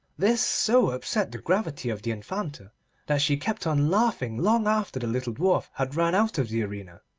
this so upset the gravity of the infanta that she kept on laughing long after the little dwarf had ran out of the arena,